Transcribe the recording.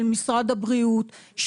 של משרד הבריאות,